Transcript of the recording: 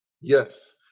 Yes